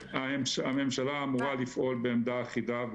הממשלה אמורה לפעול בעמדה אחידה.